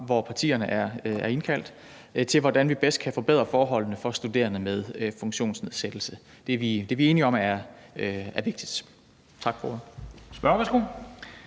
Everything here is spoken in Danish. som partierne er indkaldt til, om, hvordan vi bedst kan forbedre forholdene for studerende med funktionsnedsættelse. Det er vi enige om er vigtigt. Tak for